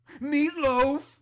Meatloaf